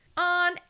On